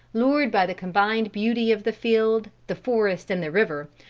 lured by the combined beauty of the field, the forest and the river,